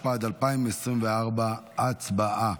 התשפ"ד 2024. הצבעה.